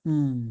mm